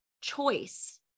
choice